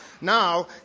now